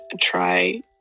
try